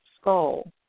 skull